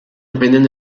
dependen